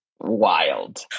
wild